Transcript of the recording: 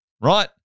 right